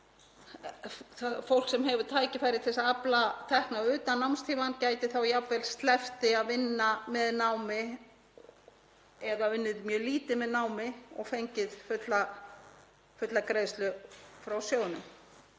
það fólk sem hefur tækifæri til að afla tekna utan námstíma gæti þá jafnvel sleppt því að vinna með námi eða unnið mjög lítið með námi og fengið fulla greiðslu frá sjóðnum.